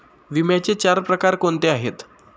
विम्याचे चार प्रकार कोणते आहेत?